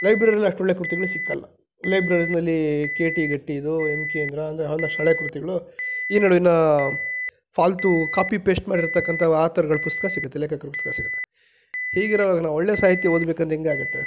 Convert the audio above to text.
ಲೈಬ್ರರಿಯಲ್ಲಿ ಅಷ್ಟೊಳ್ಳೆ ಕೃತಿಗಳು ಸಿಕ್ಕಲ್ಲ ಲೈಬ್ರರಿನಲ್ಲಿ ಕೇ ಟಿ ಗಟ್ಟಿದು ಎಮ್ ಕೇಂದ್ರ ಅಂದರೆ ಒಂದಷ್ಟು ಹಳೆ ಕೃತಿಗಳು ಈ ನಡುವಿನ ಫಾಲ್ತು ಕಾಪಿ ಪೇಸ್ಟ್ ಮಾಡಿರತಕ್ಕಂಥ ಆ ಥರಗಳ ಪುಸ್ತಕ ಸಿಗುತ್ತೆ ಲೇಖಕರ ಪುಸ್ತಕ ಸಿಗುತ್ತೆ ಹೀಗಿರೋವಾಗ ನಾವು ಒಳ್ಳೆಯ ಸಾಹಿತ್ಯ ಓದ್ಬೇಕೆಂದ್ರೆ ಹೇಗಾಗುತ್ತೆ